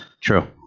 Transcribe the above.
True